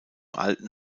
alten